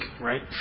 right